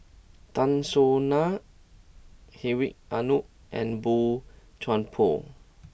Tan Soo Nan Hedwig Anuar and Boey Chuan Poh